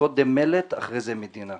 קודם מלט אחרי זה מדינה.